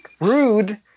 rude